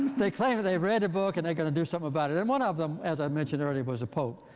they claim they read a book and they're going to do something about it. and one of them, as i mentioned earlier, was the pope.